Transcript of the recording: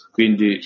Quindi